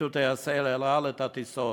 השביתו טייסי "אל על" את הטיסות.